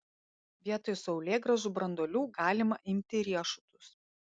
vietoj saulėgrąžų branduolių galima imti riešutus